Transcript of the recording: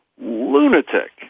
lunatic